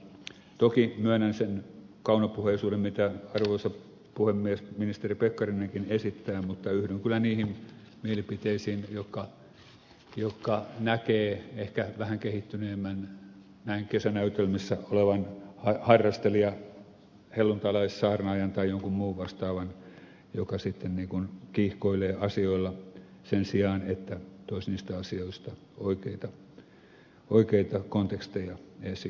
toki myönnän sen kaunopuheisuuden mitä arvoisa puhemies ministeri pekkarinenkin esittää mutta yhdyn kyllä niihin mielipiteisiin jotka näkevät ehkä vähän kehittyneemmän kesänäytelmissä olevan harrastelijan helluntalaissaarnaajan tai jonkun muun vastaavan joka sitten niin kuin kiihkoilee asioilla sen sijaan että toisi niistä asioista oikeita konteksteja esiin